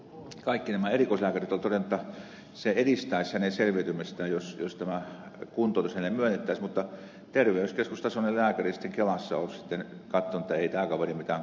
kaikki nämä erikoislääkärit ovat todenneet jotta se edistäisi hänen selviytymistään jos tämä kuntoutus hänelle myönnettäisiin mutta terveyskeskustasoinen lääkäri sitten kelassa on katsonut että ei tämä kaveri mitään kuntoutusta tarvitse